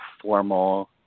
formal